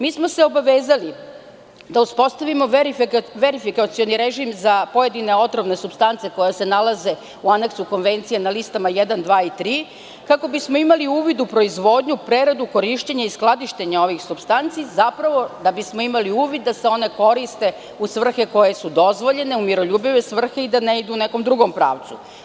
Mi smo se obavezali da uspostavimo verifikacioni režim za pojedine otrovne supstance koje se nalaze u Aneksu konvencije na listama 1, 2. i 3, kako bismo imali uvid u proizvodnju, preradu, korišćenje i skladištenje ovih supstanci, zapravo da bismo imali uvid da se one koriste u svrhe koje su dozvoljene, u miroljubive svrhe i da ne idu u nekom drugom pravcu.